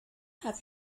have